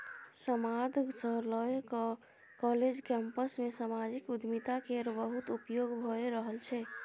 समाद सँ लए कए काँलेज कैंपस मे समाजिक उद्यमिता केर बहुत उपयोग भए रहल छै